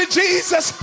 jesus